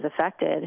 affected